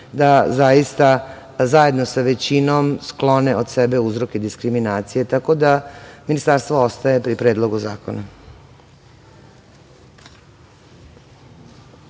da zaista zajedno sa većinom sklone od sebe uzroke diskriminacije, tako da Ministarstvo ostaje pri Predlogu zakona.